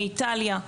מאיטליה,